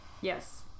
Yes